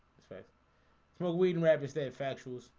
that's fact well, we'd and rather stay at factual's.